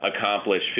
accomplish